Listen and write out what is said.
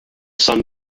sun